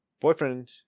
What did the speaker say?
Boyfriend